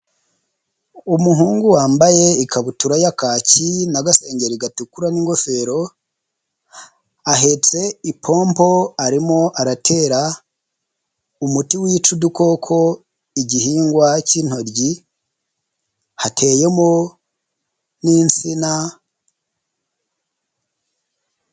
Umuhungu wambaye ikabutura ya kaki n'agasengeri gatukura n'ingofero. ahetse ipompo arimo aratera umuti wica udukoko igihingwa cy'intoryi hateyemo n'insina.